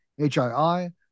HII